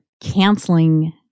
canceling